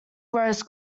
grows